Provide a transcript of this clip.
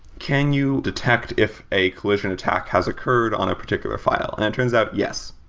can you detect if a collision attach has occurred on a particular file? and it turns out yes.